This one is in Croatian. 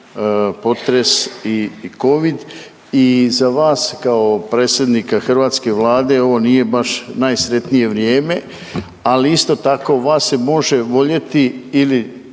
potres i covid i za vas kao predsjednika hrvatske vlade ovo nije baš najsretnije vrijeme, ali isto tako vas se može voljeti ili